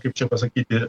kaip čia pasakyti